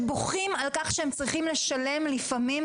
שבוכים על כך שלפעמים הם צריכים לשלם בחודש גם 5000